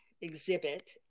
exhibit